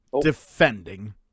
defending